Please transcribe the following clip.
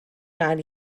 gael